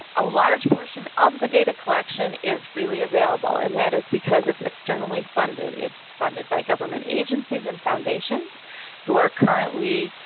a large portion of the data collection is freely available and that is because it's externally funded. it's funded by government agencies and foundations who are currently